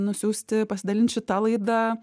nusiųsti pasidalint šita laida